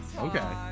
Okay